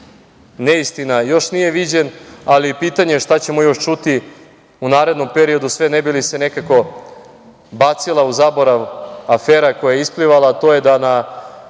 neistina još nije viđen, ali pitanje je šta ćemo još čuti u narednom periodu sve, ne bi li se nekako bacila u zaborav afera koja je isplivala, a to je da na